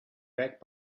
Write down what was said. back